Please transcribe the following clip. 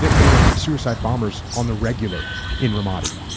there there were suicide bombers on the regular in ramadi.